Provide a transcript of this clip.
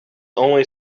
only